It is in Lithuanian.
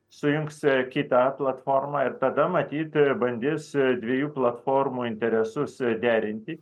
sujungs kitą platformą ir tada matyt bandys dviejų platformų interesus derinti